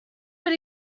but